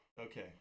Okay